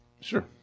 Sure